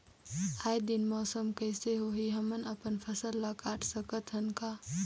आय दिन मौसम कइसे होही, हमन अपन फसल ल काट सकत हन का?